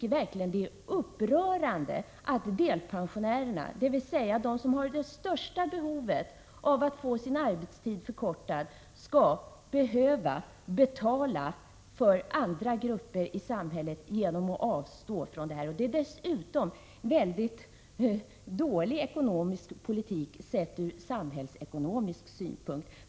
Det är verkligen upprörande att delpensionärerna, dvs. de som har det största behovet av att få sin arbetstid förkortad, skall behöva betala för andra grupper i samhället genom att avstå från en sådan höjning. Det är dessutom mycket dålig ekonomisk politik ur samhällsekonomisk synpunkt.